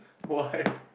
why